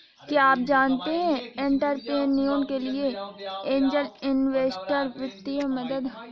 क्या आप जानते है एंटरप्रेन्योर के लिए ऐंजल इन्वेस्टर वित्तीय मदद उपलब्ध कराते हैं?